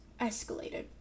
escalated